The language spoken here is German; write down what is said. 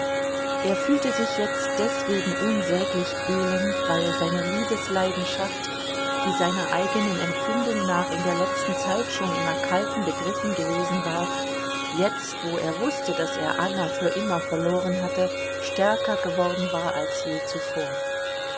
er fühlte sich jetzt deswegen unsäglich elend weil seine liebesleidenschaft die seiner eigenen empfindung nach in der letzten zeit schon im erkalten begriffen gewesen war jetzt wo er wußte daß er anna für immer verloren hatte stärker geworden war als je zuvor